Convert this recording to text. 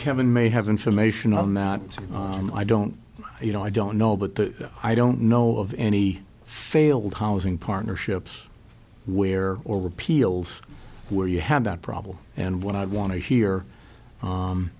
kevin may have information on that and i don't you know i don't know but that i don't know of any failed housing partnerships where or repeals where you have that problem and what i want to hear